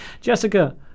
Jessica